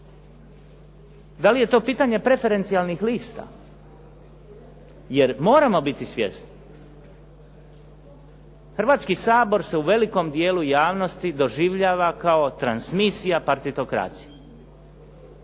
da li je to pitanje preferencijalnih lista jer moramo biti svjesni Hrvatski sabor se u velikom dijelu javnosti doživljava kao transmisija partitokracije